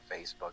Facebook